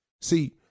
See